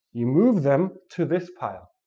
you move them to this pile.